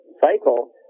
cycle